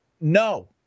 No